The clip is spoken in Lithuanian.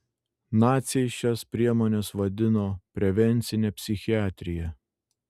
naciai šias priemones vadino prevencine psichiatrija